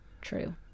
True